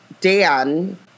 Dan